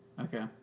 okay